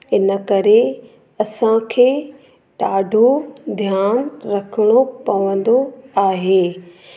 इन करे असांखे ॾाढो ध्यानु रखिणो पवंदो आहे